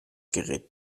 gerät